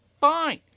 fine